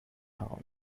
town